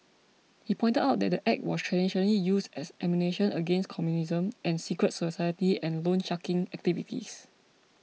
he pointed out that the Act was traditionally used as ammunition against communism and secret society and loansharking activities